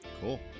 Cool